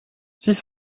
six